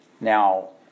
Now